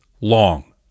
long